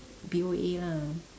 P_O_A lah